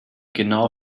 genau